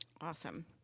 Awesome